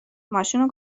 ماشینو